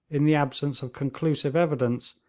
in the absence of conclusive evidence,